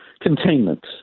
Containment